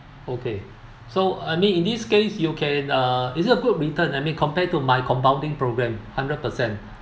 okay so I mean in this case you can uh is it a good return I mean compare to my compounding programme hundred per cent